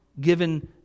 given